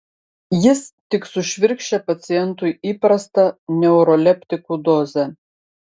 jis tik sušvirkščia pacientui įprastą neuroleptikų dozę